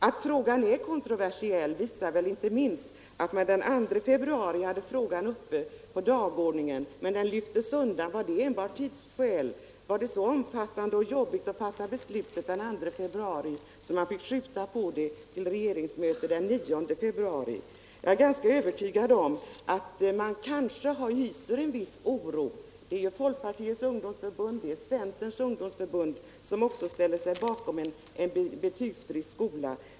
Att frågan är kontroversiell visar väl inte minst det faktum att regeringen den 2 februari hade frågan uppe på dagordningen men att den då lyftes undan. Var det enbart av tidsskäl som det skedde? Var det så jobbigt att fatta beslut den 2 februari att man fick skjuta på ärendet till regeringsmötet den 9 februari? Jag är ganska övertygad om att man hyser en viss oro. Folkpartiets ungdomsförbund och centerns ungdomsförbund ställer sig ju också bakom en betygsfri skola.